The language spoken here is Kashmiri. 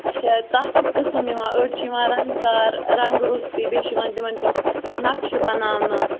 اَچھا تَتھ چھِ قٔسٕم یِوان أڈۍ چھِ یِوان رَنٛگ دار رَنٛگہٕ روٚستُے بیٚیہِ چھِ یِوان تِمن تِم نِقشہٕ بَناونہٕ